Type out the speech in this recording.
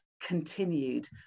continued